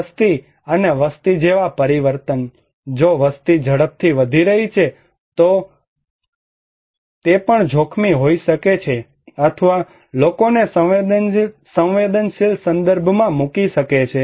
વસ્તી અને વસ્તી જેવા પરિવર્તન જો વસ્તી ઝડપથી વધી રહી છે તો પછી તે પણ જોખમી હોઈ શકે છે અથવા લોકોને સંવેદનશીલ સંદર્ભમાં મૂકી શકે છે